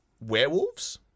Werewolves